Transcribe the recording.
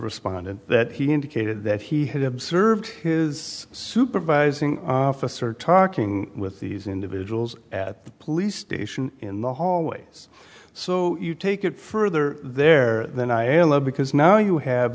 respondent that he indicated that he had observed his supervising officer talking with these individuals at the police station in the hallways so you take it further there than i am now because now you have